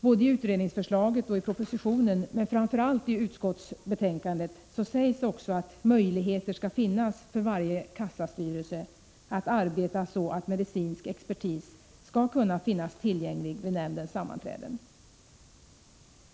Både i utredningsförslaget och i propositionen — men framför allt i utskottsbetänkandet — sägs också att möjligheter skall finnas för varje kassastyrelse att arbeta så att medicinsk expertis skall finnas tillgänglig vid Prot. 1985/86:100 nämndens sammanträden. 19 mars